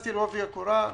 נכנסתי לעובי הקורה,